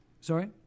Sorry